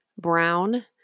brown